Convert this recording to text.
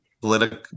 political